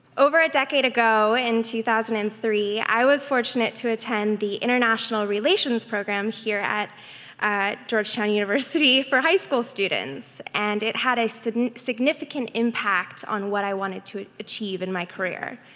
over a decade ago in two thousand and three i was fortunate to attend the international relations program here at at georgetown university for high school students, and it had a significant impact on what i wanted to achieve in my career.